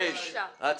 שישה נגד.